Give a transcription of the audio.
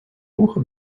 вуха